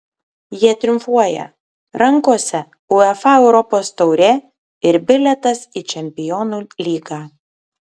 jie triumfuoja rankose uefa europos taurė ir bilietas į čempionų lygą